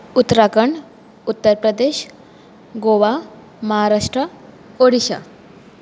Uttarakhand Uttar Pradesh Goa Maharashtra Odisha